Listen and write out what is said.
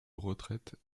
retraite